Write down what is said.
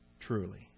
truly